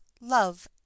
love